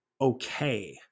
okay